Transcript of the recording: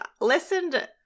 listened